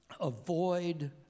Avoid